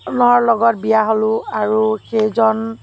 ল'ৰাৰ লগত বিয়া হ'লো আৰু সেইজন